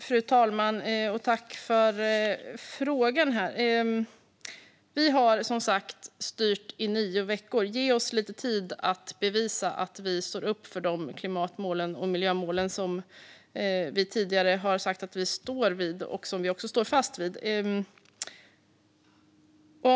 Fru talman! Tack, ledamoten, för frågan! Vi har som sagt styrt i nio veckor. Ge oss lite tid att bevisa att vi står upp för de klimatmål och miljömål som vi tidigare har sagt att vi står fast vid! Vi står fast vid dem.